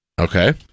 Okay